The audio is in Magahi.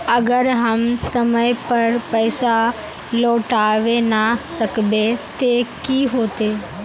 अगर हम समय पर पैसा लौटावे ना सकबे ते की होते?